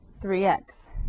3x